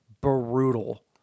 brutal